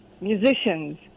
musicians